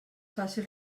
fàcil